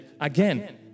again